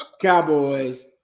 cowboys